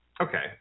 Okay